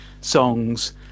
songs